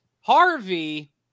Harvey